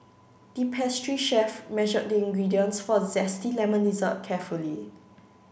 the pastry chef measured the ingredients for a zesty lemon dessert carefully